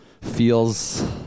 feels